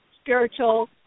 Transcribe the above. spiritual